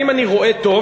האם אני רואה טוב,